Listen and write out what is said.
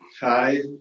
Hi